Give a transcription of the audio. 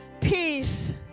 peace